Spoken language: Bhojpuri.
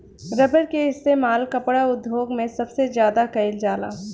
रबर के इस्तेमाल कपड़ा उद्योग मे सबसे ज्यादा कइल जाला